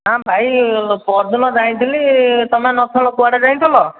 ହଁ ଭାଇ ପଅରଦିନ ଯାଇଁଥିଲି ତୁମେ ନଥିଲ କୁଆଡ଼େ ଯାଇଥିଲ